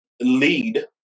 lead